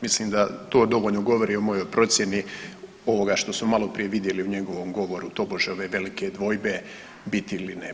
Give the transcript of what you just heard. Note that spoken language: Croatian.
Mislim da to dovoljno govori o mojoj procjeni ovoga što smo maloprije vidjeli u njegovom govoru, tobože ove velike dvojbe biti ili ne biti.